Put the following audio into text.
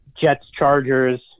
Jets-Chargers